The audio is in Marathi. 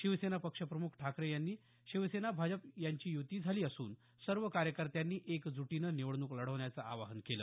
शिवसेना पक्ष प्रमुख ठाकरे यांनी शिवसेना भाजप यांची युती झाली असून सर्व कार्यकर्त्यांनी एकजुटीनं निवडणूक लढवण्याचं आवाहन केलं